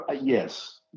yes